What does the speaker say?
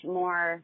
more